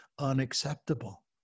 Unacceptable